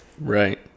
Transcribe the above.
Right